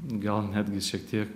gal netgi šiek tiek